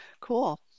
Cool